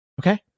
Okay